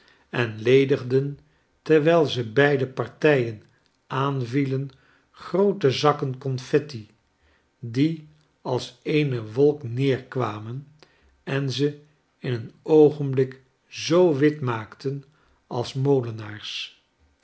en ledigden terwijl ze beide partijen aan vielen groote zakken confetti die als eene wolk neerkwamen en ze in een oogenblik zoo wit maakten als molenaars